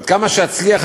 ועד כמה שאצליח,